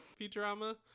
Futurama